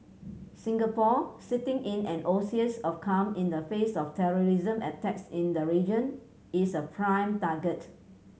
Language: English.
Singapore sitting in an oasis of calm in the face of terrorism attacks in the region is a prime target